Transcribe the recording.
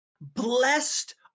Blessed